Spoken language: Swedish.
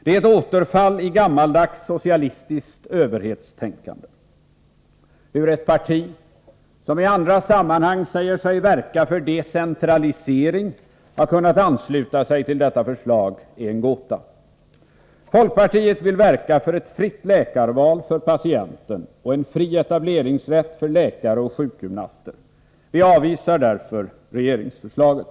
Det är ett återfall i gammaldags socialistiskt överhetstänkande. Hur ett parti som i andra sammanhang verkar för decentralisering har kunnat ansluta sig till detta förslag är en gåta. Folkpartiet vill verka för ett fritt läkarval för patienten och en fri etableringsrätt för läkare och sjukgymnaster. Vi avvisar därför regeringsförslaget.